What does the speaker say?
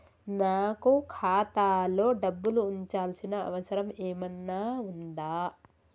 నాకు ఖాతాలో డబ్బులు ఉంచాల్సిన అవసరం ఏమన్నా ఉందా?